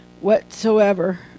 Whatsoever